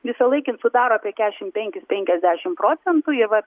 visąlaik jin sudaro apie kesšim penkis penkiasdešim procentų ji vat